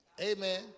amen